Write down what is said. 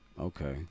Okay